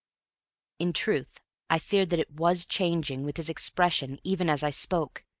in truth i feared that it was changing, with his expression, even as i spoke,